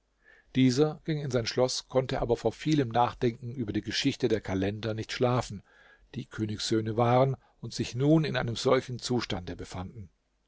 dieser ging in sein schloß konnte aber vor vielem nachdenken über die geschichte der kalender nicht schlafen die königssöhne waren und sich nun in einem solchen zustande befanden